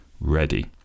ready